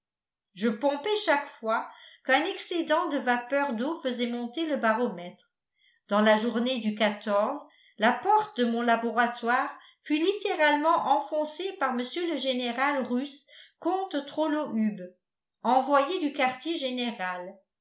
je pompais chaque fois qu'un excédant de vapeur d'eau faisait monter le baromètre dans la journée du la porte de mon laboratoire fut littéralement enfoncée par mr le général russe comte trollohub envoyé du quartier général